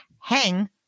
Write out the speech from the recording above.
hang